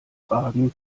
fragen